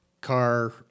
car